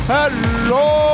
Hello